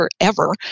forever